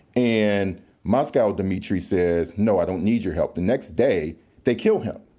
and moscow dmitri says, no i don't need your help. the next day they kill him.